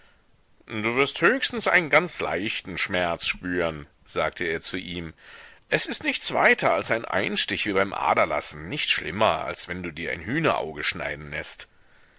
du wirst höchstens einen ganz leichten schmerz spüren sagte er zu ihm es ist nichts weiter als ein einstich wie beim aderlassen nicht schlimmer als wenn du dir ein hühnerauge schneiden läßt